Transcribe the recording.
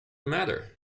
matter